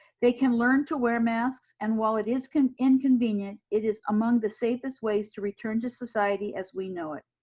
they can learn to wear masks and, while it is inconvenient, it is among the safest ways to return to society as we know it.